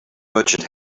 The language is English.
merchant